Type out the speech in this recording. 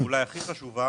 אולי הכי חשובה,